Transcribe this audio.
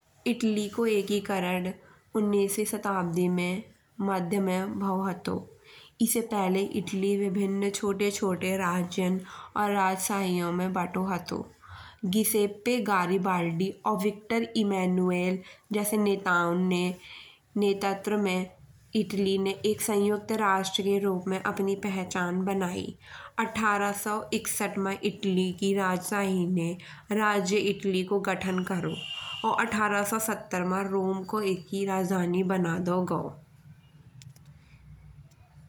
इटली को एकीकरण उन्नीसवीं शताब्दी में मध्य में भाइयो हतो। एसे पहिले इटली विभिन छोटे छोटे राज्यों और राजशाहियों में बाटो हतो। जिसे पिगारिवाल्दी और विक्टर एमेनुएल जैसे नेताओं ने नेतृत्व में इटली ने संयुक्त राष्ट्र के रूप में अपनी पहचान बनाई। अठारह सौ इकसठ में इटली की राजशाही ने राज्य इटली को गठन करयो। और अठारह सौ सत्तर में रोम को एकी राजधानी बना दओ गओ।